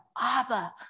Abba